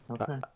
Okay